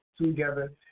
together